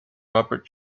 robert